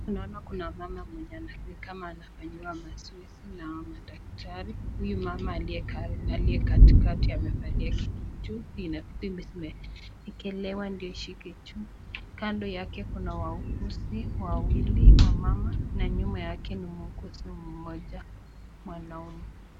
Naona ni kama kuna mama mwenye ame ni kama anafanyiwa mazoezi na madaktari Huyu mama aliye kaa aliye katikati amevalia kichupi nafikiri zimeekelewa ndio ishike juu. Kando yake kuna wauguzi wawili wamama na nyuma yake ni muuguzi mmoja mwanaume.